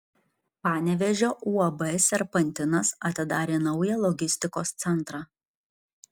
panevėžio uab serpantinas atidarė naują logistikos centrą